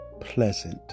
pleasant